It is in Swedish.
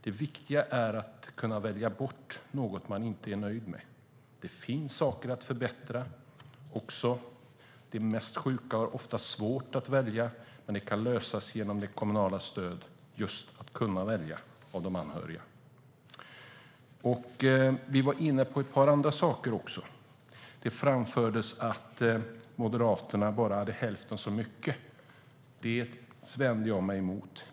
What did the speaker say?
Det viktiga är att kunna välja bort sådant som man inte är nöjd med. Det finns saker att förbättra. De mest sjuka har ofta svårt att välja, men det kan lösas genom det kommunala stödet till de anhöriga som ska kunna välja. Vi var inne på ett par andra saker också. Det framfördes att Moderaterna bara anslog hälften så mycket. Det vänder jag mig emot.